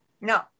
No